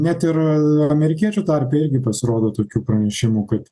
net ir amerikiečių tarpe irgi pasirodo tokių pranešimų kad